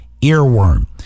Earworm